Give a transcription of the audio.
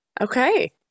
Okay